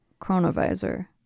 chronovisor